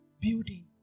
building